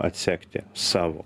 atsekti savo